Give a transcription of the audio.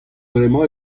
bremañ